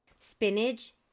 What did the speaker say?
Spinach